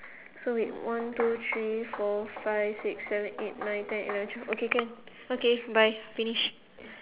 so wait one two three four five six seven eight nine ten eleven twelve okay can okay bye finish